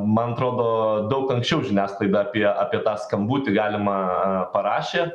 man atrodo daug anksčiau žiniasklaida apie apie tą skambutį galima parašė